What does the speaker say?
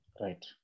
Right